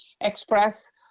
express